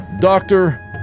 Doctor